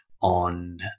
on